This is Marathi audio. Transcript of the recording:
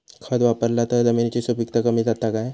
खत वापरला तर जमिनीची सुपीकता कमी जाता काय?